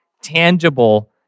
tangible